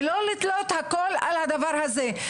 לא לתלות הכל על הדבר הזה.